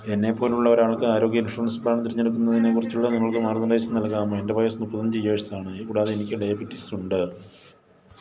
എന്നെപ്പോലുള്ളൊരാൾക്ക് ആരോഗ്യ insurance plan തിരഞ്ഞെടുക്കുന്നതിനെക്കുറിച്ച് നിങ്ങൾക്ക് മാർഗ്ഗനിർദ്ദേശം നൽകാമോ എൻ്റെ വയസ്സ് മുപ്പത്തിയഞ്ച് ഇയേഴ്സാണ് കൂടാതെ എനിക്ക് ഡയബറ്റീസുണ്ട്